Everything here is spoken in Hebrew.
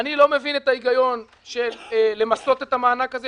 אני לא מבין את הגיון של למסות את המענק הזה.